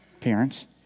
parents